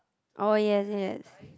oh yes yes